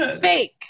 fake